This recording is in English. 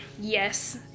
yes